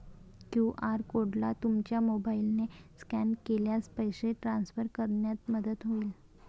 QR कोडला तुमच्या मोबाईलने स्कॅन केल्यास पैसे ट्रान्सफर करण्यात मदत होईल